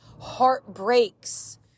heartbreaks